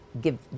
give